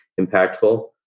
impactful